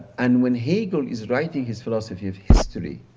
and when hagel is writing his philosophy of history,